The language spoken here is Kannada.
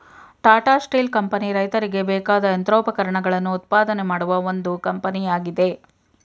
ಟಾಟಾ ಸ್ಟೀಲ್ ಕಂಪನಿ ರೈತರಿಗೆ ಬೇಕಾದ ಯಂತ್ರೋಪಕರಣಗಳನ್ನು ಉತ್ಪಾದನೆ ಮಾಡುವ ಒಂದು ಕಂಪನಿಯಾಗಿದೆ